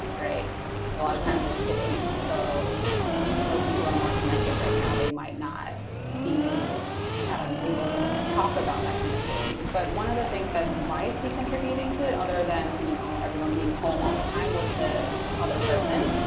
lot of times, it's hidden. so even though people are more connected right now, they might not be able to talk about that kind of thing. but one of the things that might be contributing to it, other than you know everyone being home all the time with the other person,